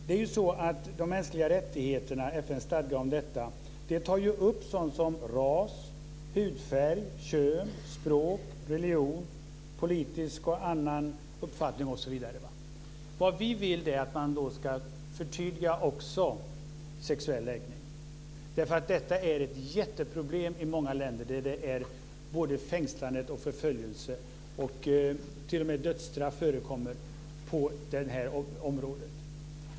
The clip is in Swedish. Det är ju så att FN:s stadga om de mänskliga rättigheterna tar upp sådant som ras, hudfärg, kön, språk, religion, politisk och annan uppfattning osv. Vad vi vill är att man ska förtydliga att det också gäller sexuell läggning. Detta är ett jätteproblem i många länder. Det är fängslanden och förföljelser. T.o.m. dödsstraff förekommer på det här området.